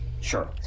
Sure